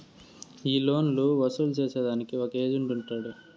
ఈ లోన్లు వసూలు సేసేదానికి ఒక ఏజెంట్ ఉంటాడు